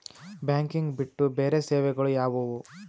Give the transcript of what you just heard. Banking ಬಿಟ್ಟು ಬೇರೆ ಸೇವೆಗಳು ಯಾವುವು?